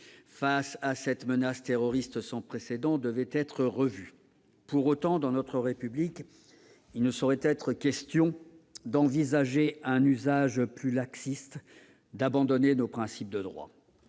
face à cette menace terroriste sans précédent devait être revue. Pour autant, dans notre République, il ne saurait être question d'envisager un usage plus laxiste, d'abandonner nos principes de droit